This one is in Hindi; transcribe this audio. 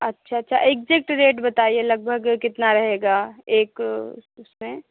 अच्छा अच्छा एग्जेक्ट रेट बताइए लगभग कितना रहेगा एक उसमें